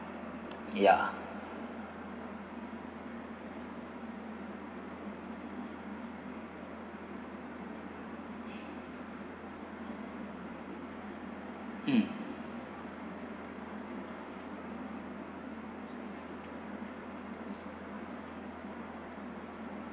ya mm